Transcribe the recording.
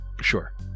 Sure